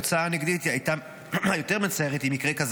התוצאה הנגדית היותר מצערת היא מקרה של